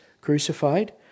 crucified